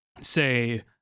say